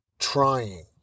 trying